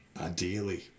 ideally